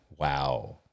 Wow